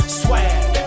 swag